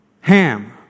Ham